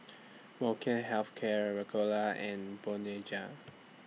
Molnylcke Health Care Ricola and Bonjela